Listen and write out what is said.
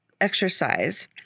exercise